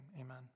amen